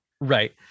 Right